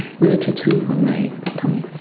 with a tattoo on my tummy.